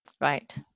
Right